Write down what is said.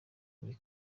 iyi